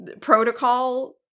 protocol